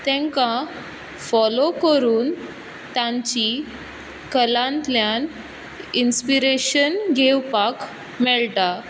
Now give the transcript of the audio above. तेंका फोलो करून तांची कलांतल्यान इंस्पिरेशन घेवपाक मेळटा